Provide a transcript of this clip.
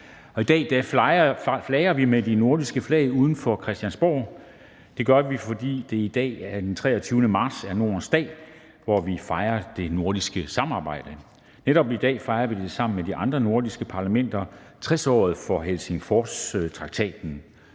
I dag flager vi med de nordiske flag uden for Christiansborg. Det gør vi, fordi det i dag, den 23. marts, er Nordens dag, hvor vi fejrer det nordiske samarbejde. Netop i dag fejrer vi sammen med de andre nordiske parlamenter 60-året for Helsingforstraktaten,